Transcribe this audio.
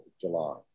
July